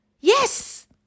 Yes